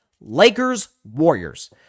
Lakers-Warriors